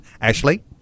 Ashley